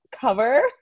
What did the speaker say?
cover